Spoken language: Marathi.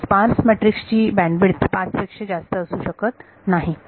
म्हणून ह्या स्पार्स मॅट्रिक्स ची बँडविड्थ 5 पेक्षा जास्त असू शकत नाही